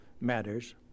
matters